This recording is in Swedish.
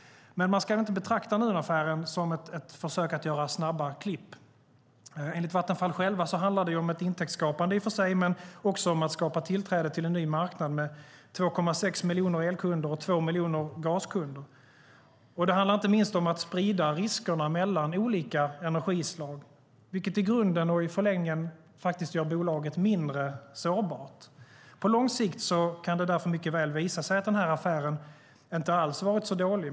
Men man ska inte betrakta Nuonaffären som ett försök att göra snabba klipp. Enligt Vattenfall självt handlar det i och för sig om ett intäktsskapande, men också om att skapa tillträde till en ny marknad med 2,6 miljoner elkunder och 2 miljoner gaskunder. Det handlar inte minst också om att sprida riskerna mellan olika energislag, vilket i grunden och i förlängningen gör bolaget mindre sårbart. På lång sikt kan det därför mycket väl visa sig att affären inte alls har varit så dålig.